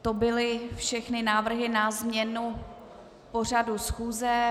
To byly všechny návrhy na změnu pořadu schůze.